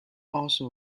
also